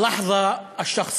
תן גם למיעוט להבין.